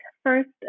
First